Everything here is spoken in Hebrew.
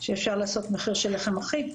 שאפשר לעשות מחיר של לחם אחיד,